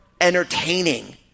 entertaining